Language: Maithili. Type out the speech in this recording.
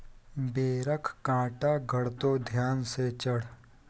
बेरक कांटा गड़तो ध्यान सँ चढ़